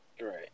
Right